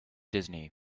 disney